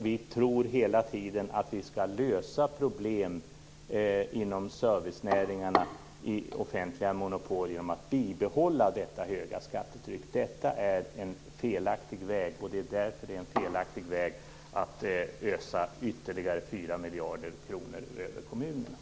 Vi tror hela tiden att vi skall lösa problem inom servicenäringarna i offentliga monopol genom att bibehålla detta höga skattetryck. Detta är en felaktig väg. Det är därför det är felaktigt att ösa ytterligare 4 miljarder kronor över kommunerna.